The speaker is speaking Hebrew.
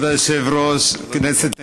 כבוד היושב-ראש, כנסת נכבדה,